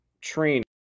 training